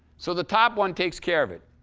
so the top one takes care of it.